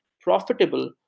profitable